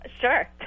Sure